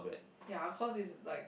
ya cause it's like